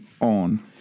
on